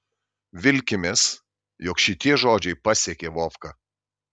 vilkimės jog šitie žodžiai pasiekė vovką